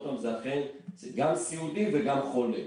זה אכן גם סיעודי וגם חולה,